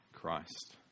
Christ